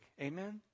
Amen